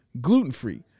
gluten-free